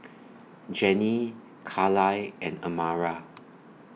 Jannie Carlisle and Amara